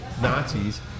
Nazis